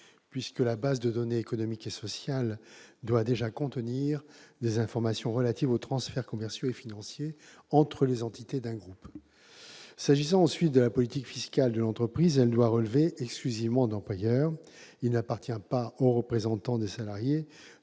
puisque la base de données économiques et sociales doit déjà contenir des informations relatives aux « transferts commerciaux et financiers » entre les entités d'un groupe. S'agissant de la politique fiscale de l'entreprise, elle doit relever exclusivement de l'employeur : il n'appartient pas aux représentants des salariés